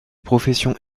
professions